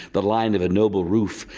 the line of a noble roof,